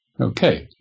Okay